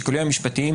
השיקולים המשפטיים,